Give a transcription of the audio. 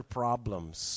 problems